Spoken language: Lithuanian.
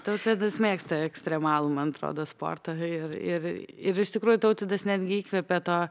tautvydas mėgsta ekstremalų man atrodo sportą ir ir ir iš tikrųjų tautvydas netgi įkvepia to